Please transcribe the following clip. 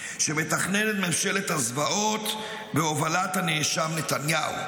שמתכננת ממשלת הזוועות בהובלת הנאשם נתניהו.